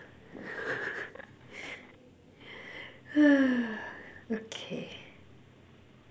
okay